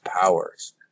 powers